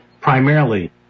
primarily